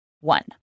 One